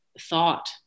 thought